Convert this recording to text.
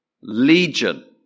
legion